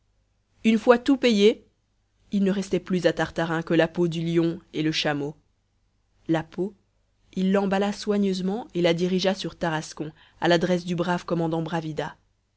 une fois tout payé il ne restait plus à tartarin que la peau du lion et le chameau la peau il l'emballa soigneusement et la dirigea sur tarascon à l'adresse du brave commandant bravida